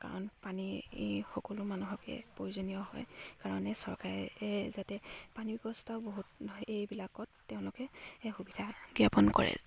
কাৰণ পানী সকলো মানুহকে প্ৰয়োজনীয় হয় কাৰণে এই চৰকাৰে যাতে পানী ব্যৱস্থাও বহুত এইবিলাকত তেওঁলোকে সুবিধা জ্ঞাপন কৰে যে